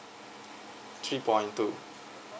three point two